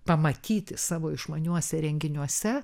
pamatyti savo išmaniuose įrenginiuose